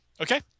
Okay